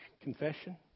confession